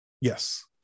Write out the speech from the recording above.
Yes